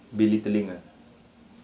belittling ah